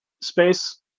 space